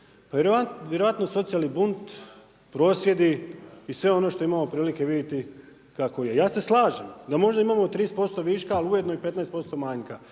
Vjerojatno socijalni bunt, prosvjedi i sve ono što imamo prilike vidjeti kako je. Ja se slažem da možda imamo 30% viška ali ujedno i 15% manjka.